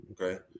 okay